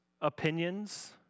opinions